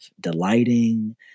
delighting